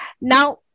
now